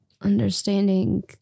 understanding